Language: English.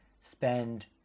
spend